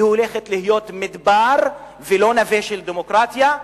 והיא הולכת להיות מדבר, ולא נווה של דמוקרטיה.